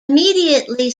immediately